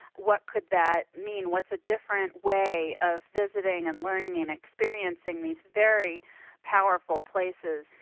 what could that mean, what's a different way of visiting and learning and experiencing these very powerful places,